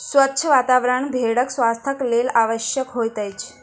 स्वच्छ वातावरण भेड़क स्वास्थ्यक लेल आवश्यक होइत अछि